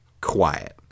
quiet